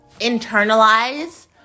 internalize